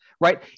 Right